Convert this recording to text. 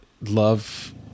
love